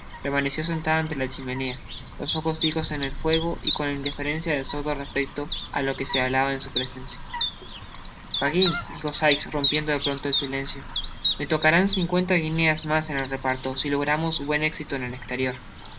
permaneció sentada ante la chimenea los ojos fijos en el fuego y con la indiferencia del sordo respecto á lo que se hablaba en su presencia fagin dijo sikes rompiendo de pronto el silencio me tocarán cincuenta guineas mas en el reparto si logramos buen éxito en el exterior si